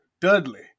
Dudley